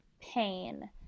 pain